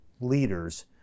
leaders